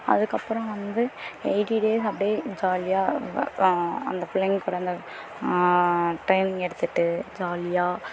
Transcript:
அதுக்கு அப்புறம் வந்து எயிட்டி டேஸ் அப்படியே ஜாலியாக அந்த பிள்ளைங்க இருந்த ட்ரைனிங் எடுத்துகிட்டு ஜாலியாக